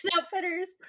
Outfitters